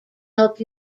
help